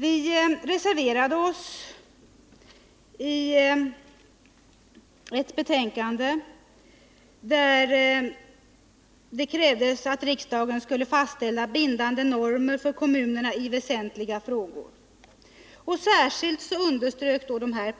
Vi reserverade oss i ett betänkande och krävde att riksdagen skulle fastställa bindande normer för kommunerna i väsentliga frågor. Särskilt underströk dessa